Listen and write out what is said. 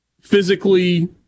physically